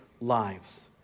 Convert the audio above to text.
lives